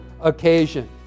occasion